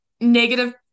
negative